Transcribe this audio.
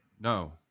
No